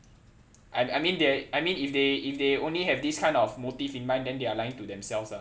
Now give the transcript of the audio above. I I mean they I mean if they if they only have this kind of motive in mind then they are lying to themselves lah